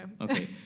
Okay